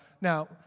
now